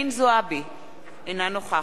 אינה נוכחת ג'מאל זחאלקה,